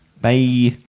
Bye